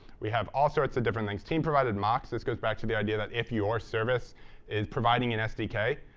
we have all sorts of different things. team-provided mocks. this goes back to the idea that if your service is providing an sdk,